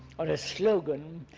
or a slogan,